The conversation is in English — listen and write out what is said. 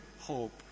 hope